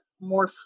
more